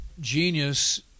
genius